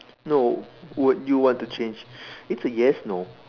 no would you want to change it's a yes no